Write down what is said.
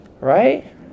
Right